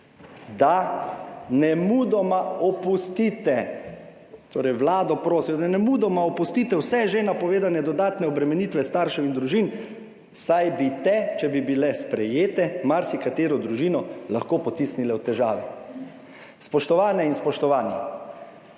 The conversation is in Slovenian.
da nemudoma opustite vse že napovedane dodatne obremenitve staršev in družin, saj bi te, če bi bile sprejete, marsikatero družino lahko potisnile v težave. Spoštovane in spoštovani!